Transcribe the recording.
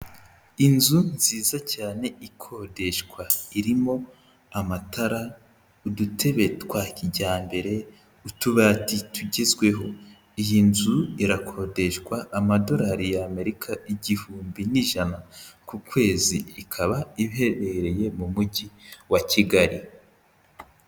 Inzu nziza cyane ikodeshwa, irimo amatara, udutebe twa kijyambere, utubati tugezweho, iyi nzu irakodeshwa amadolari y'Amerika igihumbi n'ijana ku kwezi ikaba iherereye mu mujyi wa Kigali.